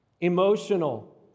emotional